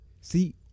See